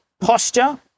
posture